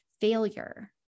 failure